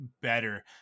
better